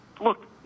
look